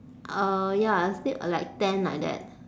uh ya I sleep like ten like that